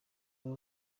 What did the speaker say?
muri